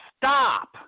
stop